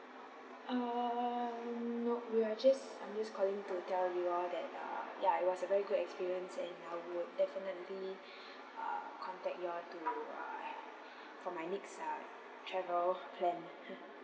err no we are just I'm just calling to tell you all that uh ya it was a very good experience and I would definitely uh contact you all to uh for my next uh travel plan